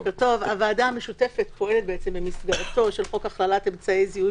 הוועדה המשותפת פועלת במסגרתו של חוק החלת אמצעי זיהוי